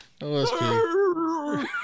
OSP